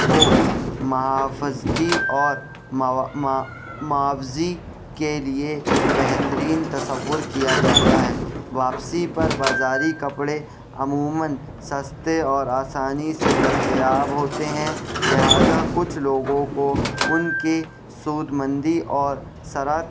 کو محافظت اور محافظت کے لیے بہترین تصور کیا جاتا ہے واپسی پر بازاری کپڑے عموماً سستے اور آسانی سے دستیاب ہوتے ہیں لہٰذا کچھ لوگوں کو ان کی سودمندی اور سرت